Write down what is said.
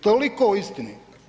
Toliko o istini.